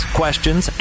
questions